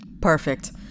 Perfect